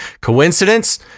Coincidence